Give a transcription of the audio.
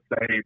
say